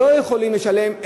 לא יכולים לשלם,